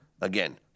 Again